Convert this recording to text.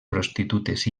prostitutes